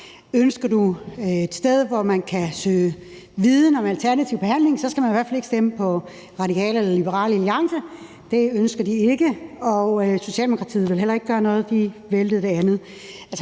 Ønsker man et sted, hvor man kan søge viden om alternativ behandling, skal man i hvert fald ikke stemme på Radikale eller Liberal Alliance. Det ønsker de ikke. Socialdemokratiet vil heller ikke gøre noget. De var ikke med på det